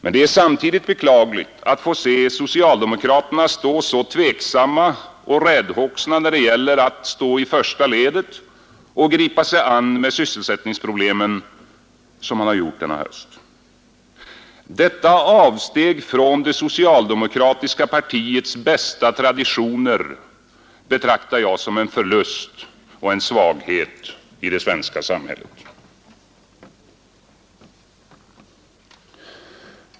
Det är samtidigt beklagligt att få se socialdemokraterna så tveksamma och räddhågsna när det gäller att stå i första ledet och gripa sig an med sysselsättningsproblemen som man varit denna höst. Detta avsteg från det socialdemokratiska partiets bästa traditioner betraktar jag som en förlust och en svaghet i det svenska samhället.